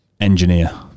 engineer